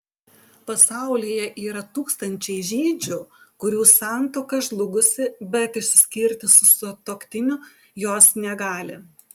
pasaulyje yra tūkstančiai žydžių kurių santuoka žlugusi bet išsiskirti su sutuoktiniu jos negali